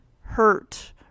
hurt